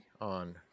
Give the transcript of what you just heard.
on